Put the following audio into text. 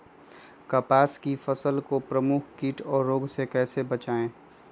कपास की फसल को प्रमुख कीट और रोग से कैसे बचाएं?